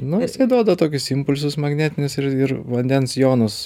nu jisai duoda tokius impulsus magnetinius ir ir vandens jonus